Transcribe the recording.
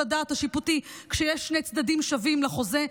הדעת השיפוטי כשיש שני צדדים שווים לחוזה.